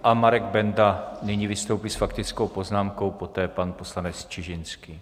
A Marek Benda nyní vystoupí s faktickou poznámkou, poté pan poslanec Čižinský.